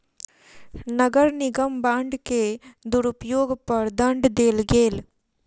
नगर निगम बांड के दुरूपयोग पर दंड देल गेल